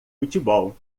futebol